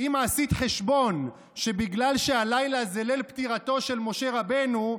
אם עשית חשבון שבגלל שהלילה זה ליל פטירתו של משה רבנו,